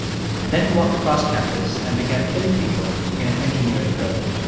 then he walked across campus and began killing people in an engineering building.